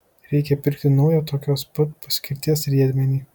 reikia pirkti naują tokios pat paskirties riedmenį